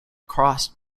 crossed